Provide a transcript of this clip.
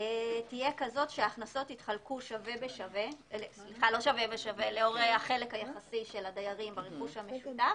תהיה כזאת שההכנסות יתחלקו לאור החלק היחסי של הדיירים ברכוש המשותף,